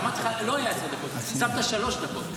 אמרתי לך שלא היו עשר דקות, שמת שלוש דקות.